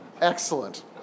Excellent